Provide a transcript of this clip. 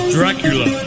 Dracula